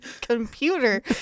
computer